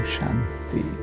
Shanti